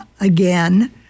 again